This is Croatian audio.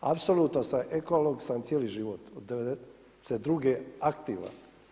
Apsolutno ekolog sam cijeli život od '92. aktivan.